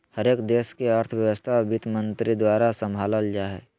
हरेक देश के अर्थव्यवस्था वित्तमन्त्री द्वारा सम्भालल जा हय